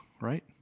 right